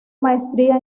maestría